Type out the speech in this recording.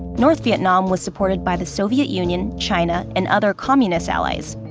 north vietnam was supported by the soviet union, china, and other communist allies.